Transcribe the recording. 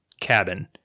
cabin